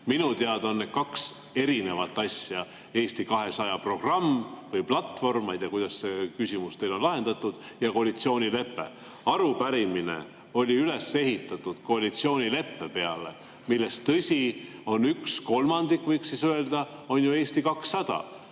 Minu teada on need kaks erinevat asja: Eesti 200 programm või platvorm – ma ei tea, kuidas see küsimus teil on lahendatud – ja koalitsioonilepe. Arupärimine oli üles ehitatud koalitsioonileppe peale, millest, tõsi, on üks kolmandik ju Eesti 200.